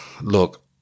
look